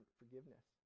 forgiveness